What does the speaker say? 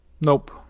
Nope